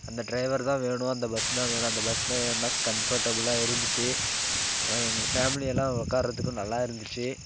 அந்த டிரைவர் தான் வேணும் அந்த பஸ் தான் வேணும் அந்த பஸ் தான் ஏன்னா கன்ஃபர்டபிளாக இருந்துச்சு வ எங்கள் ஃபேமிலி எல்லாம் உட்காரதுக்கும் நல்லா இருந்துச்சு